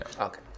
Okay